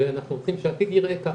ואנחנו רוצים שהעתיד ייראה ככה,